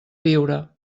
viure